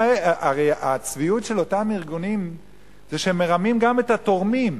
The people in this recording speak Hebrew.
הרי הצביעות של אותם ארגונים זה שהם מרמים גם את התורמים.